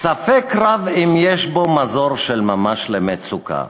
ספק רב אם יש בה מזור של ממש למצוקה.